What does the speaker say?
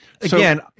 again